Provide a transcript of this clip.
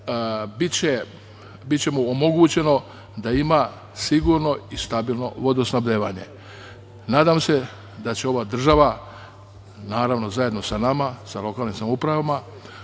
biće mu omogućeno da ima sigurno i stabilno vodosnabdevanje. Nadam se da će ova država, naravno, zajedno sa nama, sa lokalnim samoupravama,